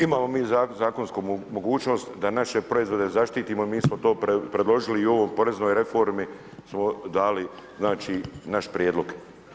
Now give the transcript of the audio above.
Imamo mi zakonsku mogućnost da naše proizvode zaštitimo i mi smo to predložili i u ovoj poreznoj reformi smo dali znači naš prijedlog.